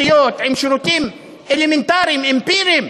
לכן, חבר הכנסת טלב אבו עראר, גם בנגב,